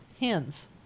Hens